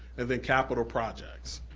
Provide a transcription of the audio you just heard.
and then capital projects.